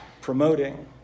promoting